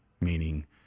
meaning